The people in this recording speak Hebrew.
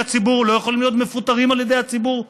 הציבור ולא יכולים להיות מפוטרים על ידי הציבור,